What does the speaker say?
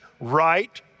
right